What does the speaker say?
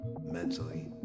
mentally